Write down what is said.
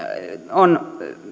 on